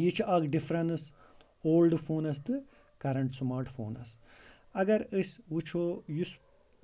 یہِ چھ اکھ ڈِفرَنس اولڈ فونَس تہٕ کَرنٹ سٔمارٹ فونَس اَگر أسۍ وٕچھو یُس